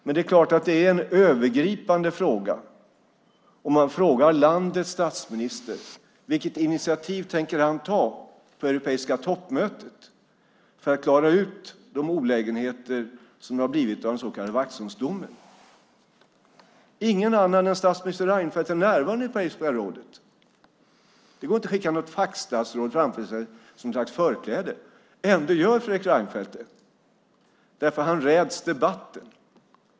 Men det är klart att det är en övergripande fråga om man frågar landets statsminister vilket initiativ han tänker ta på det europeiska toppmötet för att klara ut de olägenheter som har blivit av den så kallade Vaxholmsdomen. Ingen annan än statsminister Reinfeldt är närvarande på Europeiska rådets möten. Det går inte att skicka något fackstatsråd framför sig som något slags förkläde. Ändå gör Fredrik Reinfeldt det. För han räds debatten.